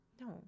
No